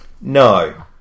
No